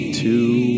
two